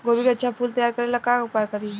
गोभी के अच्छा फूल तैयार करे ला का उपाय करी?